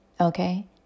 okay